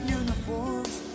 uniforms